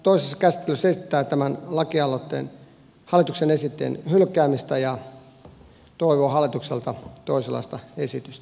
perussuomalaiset toisessa käsittelyssä esittää tämän hallituksen esityksen hylkäämistä ja toivoo hallitukselta toisenlaista esitystä